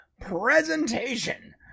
presentation